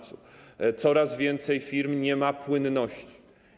Coraz więcej firm nie ma płynności.